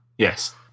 Yes